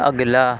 اگلا